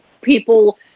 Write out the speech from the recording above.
people